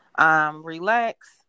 relax